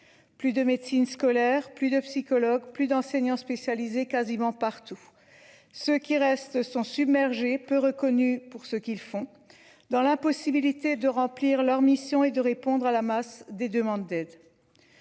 Plus de médecine scolaire plus de psychologue, plus d'enseignants spécialisés quasiment partout. Ceux qui restent sont submergés peu reconnu pour ce qu'ils font dans l'impossibilité de remplir leur mission est de répondre à la masse des demandes d'aide.